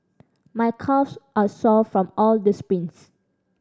my calves are sore from all the sprints